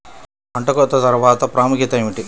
పంట కోత తర్వాత ప్రాముఖ్యత ఏమిటీ?